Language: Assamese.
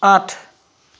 আঠ